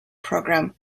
program